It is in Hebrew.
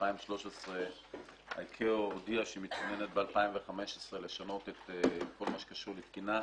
ב-2013 ה-ICAO הודיעה שהיא מתכוונת ב-2015 לשנות את כל מה שקשור לתקינה.